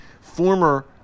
former